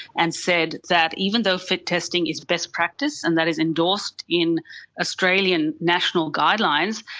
and said that even though fit testing is best practice and that is endorsed in australian national guidelines,